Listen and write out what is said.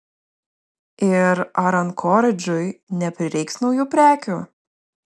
ir ar ankoridžui neprireiks naujų prekių